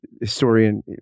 historian